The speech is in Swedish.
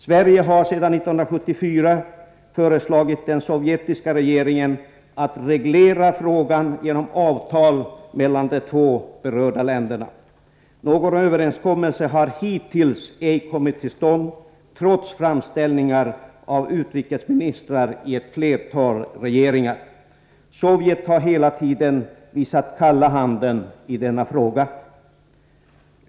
Sverige har redan 1974 föreslagit den sovjetiska regeringen att reglera frågan genom avtal mellan de två berörda länderna. Någon överenskommelse har hittills ej kommit till stånd, trots framställningar av utrikesministrar i ett flertal regeringar. Sovjet har hela tiden visat kalla handen i denna fråga.